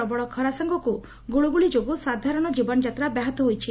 ପ୍ରବଳ ଖରା ସାଙ୍ଗକୁ ଗୁଳୁଗୁଳି ଯୋଗୁଁ ସାଧାରଣ ଜୀବନଯାତ୍ରା ବ୍ୟାହତ ହୋଇଛି